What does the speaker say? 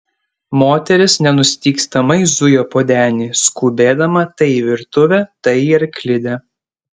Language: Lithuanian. moteris nenustygstamai zujo po denį skubėdama tai į virtuvę tai į arklidę